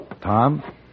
Tom